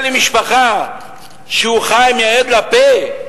אבל משפחה שחיה מהיד לפה,